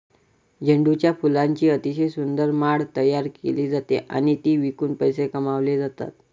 झेंडूच्या फुलांची अतिशय सुंदर माळ तयार केली जाते आणि ती विकून पैसे कमावले जातात